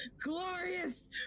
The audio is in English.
glorious